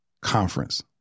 Conference